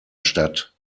stadt